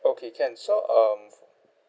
okay can so um